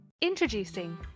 Introducing